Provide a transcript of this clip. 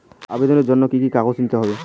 আবেদনের জন্য কি কি কাগজ নিতে হবে?